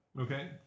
Okay